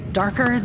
darker